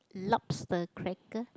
lobster cracker